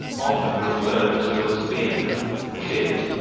often referred to as being a kid,